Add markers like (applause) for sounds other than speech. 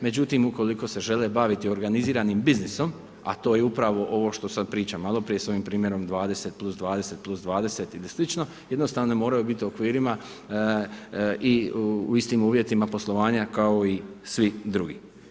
Međutim, ukoliko se žele baviti organiziranim biznisom a to je upravo ovo što sada pričam maloprije, sa ovim primjerom 20+20+20 ili slično jednostavno ... (unintelligible) biti u okvirima i istim uvjetima poslovanja kao i svi drugi.